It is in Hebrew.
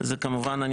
זה כמובן, אני